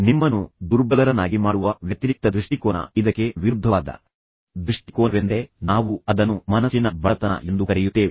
ನಿಮ್ಮನ್ನು ದುರ್ಬಲರನ್ನಾಗಿ ಮಾಡುವ ವ್ಯತಿರಿಕ್ತ ದೃಷ್ಟಿಕೋನ ಇದಕ್ಕೆ ವಿರುದ್ಧವಾದ ದೃಷ್ಟಿಕೋನವೆಂದರೆ ನಾವು ಅದನ್ನು ಮನಸ್ಸಿನ ಬಡತನ ಎಂದು ಕರೆಯುತ್ತೇವೆ